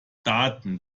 daten